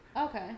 Okay